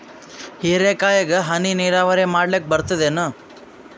ಹೀರೆಕಾಯಿಗೆ ಹನಿ ನೀರಾವರಿ ಮಾಡ್ಲಿಕ್ ಬರ್ತದ ಏನು?